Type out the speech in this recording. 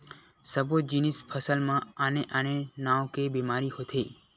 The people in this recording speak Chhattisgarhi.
सब्बो जिनिस फसल म आने आने नाव के बेमारी होथे